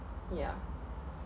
yeah